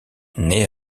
née